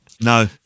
No